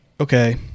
okay